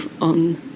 on